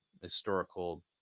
historical